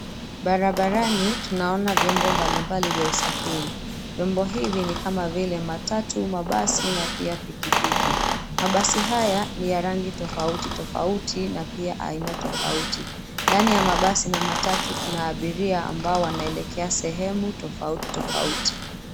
Barabarani tunaona vyombo mbalimbali vya usafiri. vyombo hivi ni kama vile matatu, mabasi, na pia pikipiki. Mabasi haya ni ya rangi tofauti, tofauti na pia aina tofauti. Ndani ya mabasi na matatu kuna abiria ambao wanaelekea sehemu tofauti tofauti.